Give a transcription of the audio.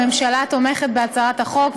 הממשלה תומכת בהצעת החוק,